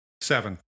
Seven